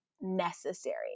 necessary